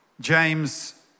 James